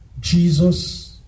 Jesus